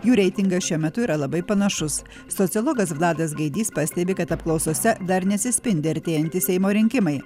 jų reitingas šiuo metu yra labai panašus sociologas vladas gaidys pastebi kad apklausose dar neatsispindi artėjantys seimo rinkimai